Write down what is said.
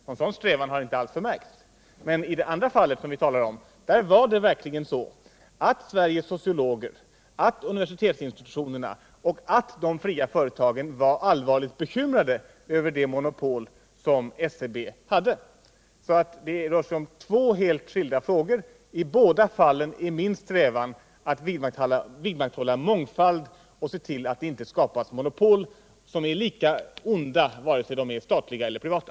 Någon sådan strävan har inte alls förmärkts. I det förra fallet däremot var det verkligen så att Sveriges sociologer, universitetsinstitutionerna och de fria företagen var allvarligt bekymrade över det monopol som SCB hade. Det rör sig alltså om två helt skilda frågor. I båda fallen är min strävan att vidmakthålla mångfald och se till att det inte skapas monopol, som är lika mycket av ondo vare sig de är statliga eller privata.